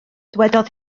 dywedodd